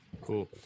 cool